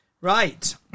Right